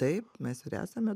taip mes ir esame